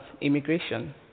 immigration